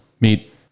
meet